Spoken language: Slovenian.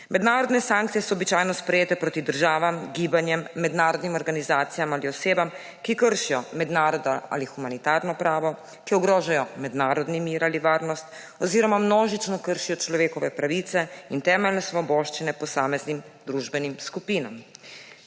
Mednarodne sankcije so običajno sprejete proti državam, gibanjem, mednarodnim organizacijam ali osebam, ki kršijo mednarodno ali humanitarno pravo, ki ogrožajo mednarodni mir ali varnost oziroma množično kršijo človekove pravice in temeljne svoboščine posameznim družbenim skupinam.